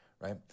Right